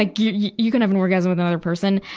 like you you can have an orgasm with another person.